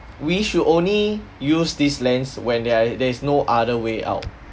we should only use these lands when there are there is no other way out